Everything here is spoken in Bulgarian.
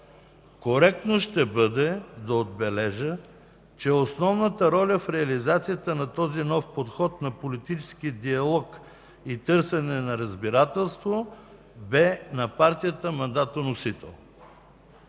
Коректно ще бъде да отбележа, че основната роля в реализацията на този нов подход на политически диалог и търсене на разбирателство бе на партията мандатоносител.